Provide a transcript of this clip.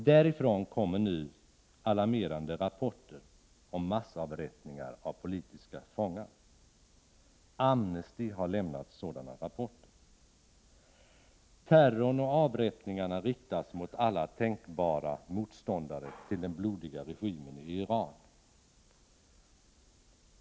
Därifrån kommer nu alarmerande rapporter om massavrättningar av politiska fångar. Amnesty har lämnat sådana rapporter. Terrorn och avrättningarna riktas mot alla tänkbara motståndare till den blodiga regimen i Iran.